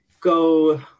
go